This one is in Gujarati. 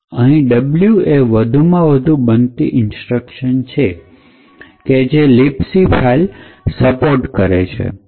અહીં ડબલ્યુ એ વધુમાં વધુ બનતી ઇન્સ્ટ્રક્શન કે છે જે libc ફાઈલ સપોર્ટ કરે છે